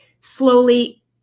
slowly